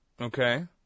Okay